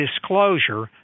disclosure